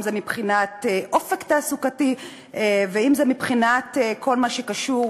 אם מבחינת אופק תעסוקתי ואם מבחינת כל מה שקשור,